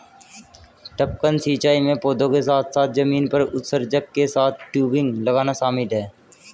टपकन सिंचाई में पौधों के साथ साथ जमीन पर उत्सर्जक के साथ टयूबिंग लगाना शामिल है